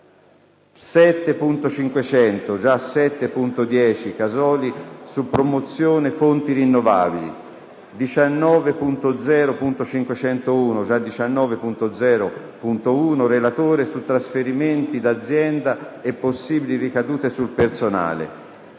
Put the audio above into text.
7.500 (già 7.10) Casoli, su promozione fonti rinnovabili; 19.0.501 (già 19.0.1) del relatore, su trasferimenti d'azienda e possibili ricadute sul personale;